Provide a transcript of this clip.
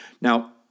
Now